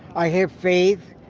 i have faith,